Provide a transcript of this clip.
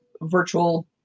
virtual